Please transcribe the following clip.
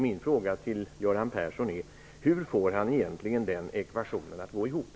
Min fråga till Göran Persson är hur han får den ekvationen att gå ihop.